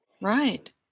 right